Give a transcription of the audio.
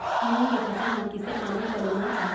मूंग के फसल म किसे पानी पलोना चाही?